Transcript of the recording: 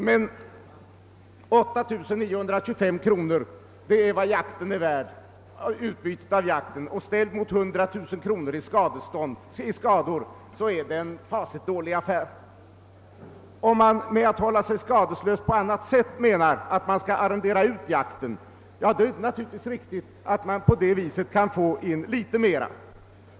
Men 8925 kronor i utbyte av jakten är en fasligt dålig affär sett mot 100 000 kronor i skador. Om man med att hålla sig skadeslös på annat sätt menar att jakträtten kan arrenderas ut, är det naturligtvis riktigt att det går att få in litet mer.